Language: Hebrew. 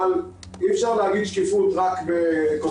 אבל אי אפשר להגיד שקיפות רק בכותרות.